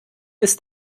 ist